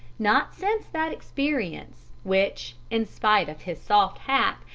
not since that experience, which, in spite of his soft hat,